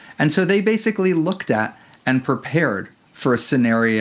and so they basically looked at and prepared for a scenario